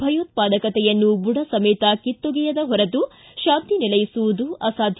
ಭಯೋತ್ಪಾದಕತೆಯನ್ನು ಬುಡ ಸಮೇತ ಕಿತ್ತೊಗೆಯದ ಹೊರತು ಶಾಂತಿ ನೆಲೆಸುವುದು ಅಸಾಧ್ಯ